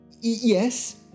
Yes